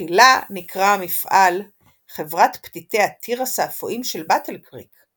תחילה נקרא המפעל "חברת פתיתי התירס האפויים של באטל קריק",